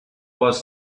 was